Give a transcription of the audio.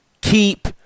keep